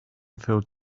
filled